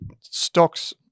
stocks